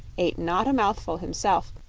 ate not a mouthful himself,